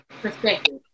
perspective